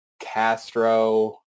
Castro